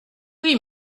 oui